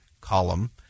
column